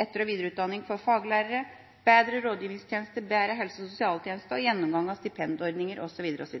etter- og videreutdanning for faglærere, bedre rådgivningstjeneste, bedre helse- og sosialtjeneste og gjennomgang av stipendordninger osv., osv.